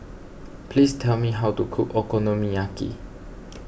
please tell me how to cook Okonomiyaki